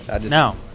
No